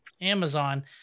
Amazon